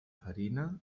farina